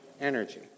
energy